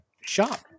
shop